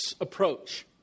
approach